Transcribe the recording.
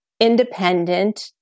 independent